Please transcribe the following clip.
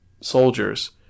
soldiers